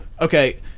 Okay